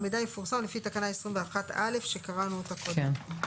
המידע יפורסם לפי תקנה 21א שקראנו אותה קודם.